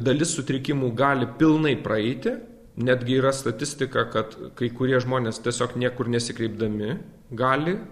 dalis sutrikimų gali pilnai praeiti netgi yra statistika kad kai kurie žmonės tiesiog niekur nesikreipdami gali